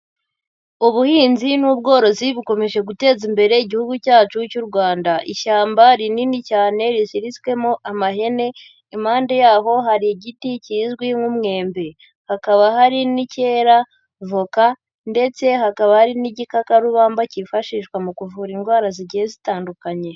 Ubuhinzi n'ubworozi bukomeje guteza imbere igihugu cyacu cy'u Rwanda, ishyamba rinini cyane riziritswemo amahene impande yaho hari igiti kizwi nk'umwembe, hakaba hari n'icyera voka ndetse hakaba hari n'igikakarubamba cyifashishwa mu kuvura indwara zigiye zitandukanye.